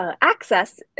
Access